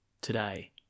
today